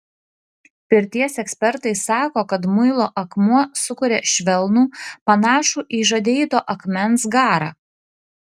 pirties ekspertai sako kad muilo akmuo sukuria švelnų panašų į žadeito akmens garą